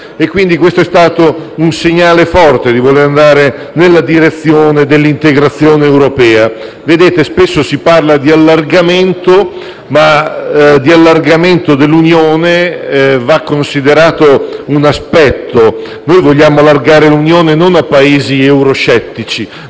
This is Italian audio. l'euro. Questo è stato quindi un segnale forte di voler andare nella direzione dell'integrazione europea. Spesso si parla di allargamento dell'Unione, ma va considerato un aspetto. Noi vogliamo allargare l'Unione non a Paesi euroscettici,